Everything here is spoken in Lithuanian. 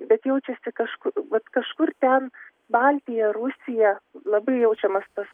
bet jaučiasi kažku vat kažkur ten baltija rusija labai jaučiamas tas